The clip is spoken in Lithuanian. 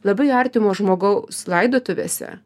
labai artimo žmogaus laidotuvėse